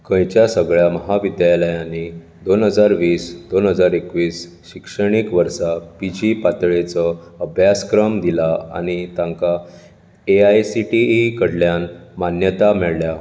खंयच्या सगळ्या म्हाविद्यालयांनी दोन हजार वीस दोन हजार एकवीस शिक्षणीक वर्सा पीजी पातळेचो अभ्यासक्रम दिला आनी तांकां एआयसीटीई कडल्यान मान्यताय मेळ्ळ्या